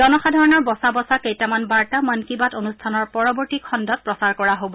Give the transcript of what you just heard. জনসাধাৰণৰ বছা বছা কেইটামান বাৰ্তা মন কী বাত অনুষ্ঠানৰ পৰৱৰ্ত্তী খণ্ডত প্ৰচাৰ কৰা হ'ব